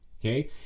okay